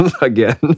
again